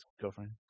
girlfriend